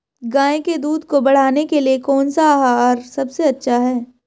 गाय के दूध को बढ़ाने के लिए कौनसा आहार सबसे अच्छा है?